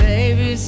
Baby